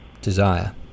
desire